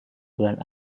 bulan